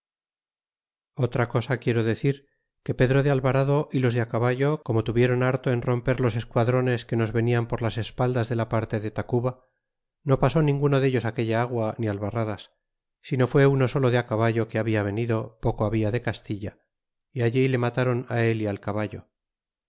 otra cosa quiero decir que pedro de alvarado y los de caballo como tuvieron harto en romper los esquadrones que nos venian por las espaldas de la parte de tacuba no pasó ninguno dellos aquella agua ni albarradas sino fué uno solo de caballo que habla venido poco habia de castilla y allí le matron el y al caballo